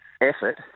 effort